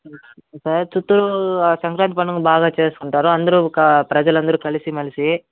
చిత్తూరు సంక్రాంతి పండుగ బాగా చేసుకుంటారు అందరూ కా ప్రజలందరూ కలిసిమెలిసి